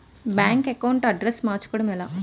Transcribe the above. Bank account address మార్చుకోవడం ఎలా?